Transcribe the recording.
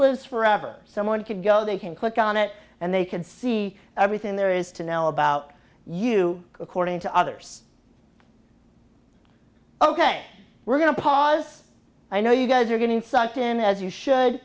lives forever someone could go they can click on it and they can see everything there is to know about you according to others ok we're going to pause i know you guys are getting sucked in as you should